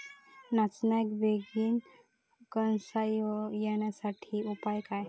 नाचण्याक बेगीन कणसा येण्यासाठी उपाय काय?